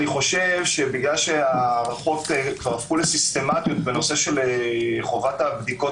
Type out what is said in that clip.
בגלל שההערכות הפכו לסיסטמיות בנושא של חובת הבדיקות